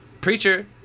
Preacher